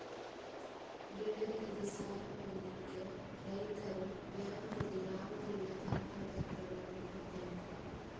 ಬೆಳೆಗಳಿಗೆ ಸಾಲ ಪಡಿಲಿಕ್ಕೆ ರೈತರು ಬ್ಯಾಂಕ್ ಗೆ ಯಾವುದೆಲ್ಲ ದಾಖಲೆಪತ್ರಗಳನ್ನು ಕೊಡ್ಬೇಕು?